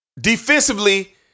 Defensively